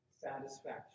satisfaction